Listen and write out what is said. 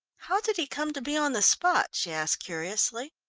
how did he come to be on the spot? she asked curiously.